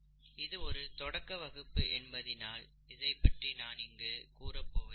இது ஒரு தொடக்க வகுப்பு என்பதினால் இதைப் பற்றி நான் இங்கு கூறப்போவதில்லை